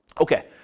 Okay